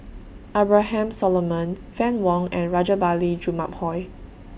Abraham Solomon Fann Wong and Rajabali Jumabhoy